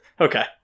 okay